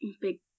Big